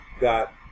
got